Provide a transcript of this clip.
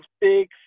big